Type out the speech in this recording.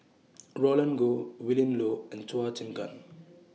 Roland Goh Willin Low and Chua Chim Kang